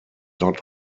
not